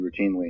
routinely